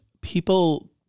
people